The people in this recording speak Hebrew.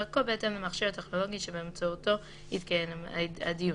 והכול בהתאם למכשיר הטכנולוגי שבאמצעותו יתקיים הדיון,